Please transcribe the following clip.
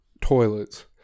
toilets